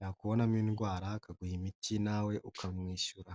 yakubonamo indwara akaguha imiti nawe ukamwishyura.